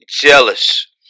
jealous